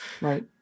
Right